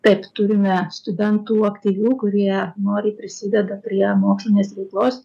taip turime studentų aktyvių kurie noriai prisideda prie mokslinės veiklos